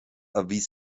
erwies